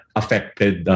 affected